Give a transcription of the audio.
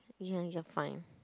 ya you're fine